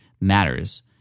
matters